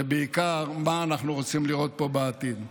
ובעיקר מה אנחנו רוצים לראות פה בעתיד,